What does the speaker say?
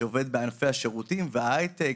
שעובד בענפי השירותים וההייטק,